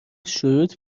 شروط